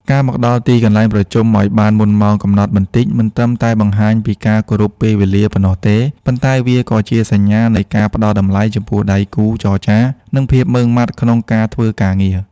ការមកដល់ទីកន្លែងប្រជុំឱ្យបានមុនម៉ោងកំណត់បន្តិច មិនត្រឹមតែបង្ហាញពីការគោរពពេលវេលាប៉ុណ្ណោះទេ ប៉ុន្តែវាក៏ជាសញ្ញានៃការផ្តល់តម្លៃចំពោះដៃគូចរចា និងភាពម៉ឺងម៉ាត់ក្នុងការធ្វើការងារ។